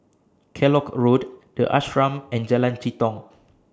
Kellock Road The Ashram and Jalan Jitong